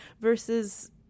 versus